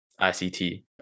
ICT